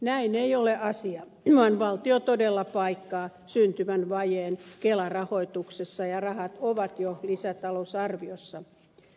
näin ei ole asia vaan valtio todella paikkaa syntyvän vajeen kelarahoituksessa ja rahat ovat jo lisätalousarviossa